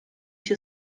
się